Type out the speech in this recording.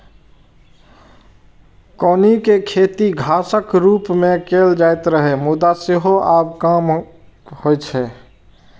कौनी के खेती घासक रूप मे कैल जाइत रहै, मुदा सेहो आब कम होइ छै